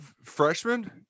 freshman